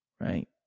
right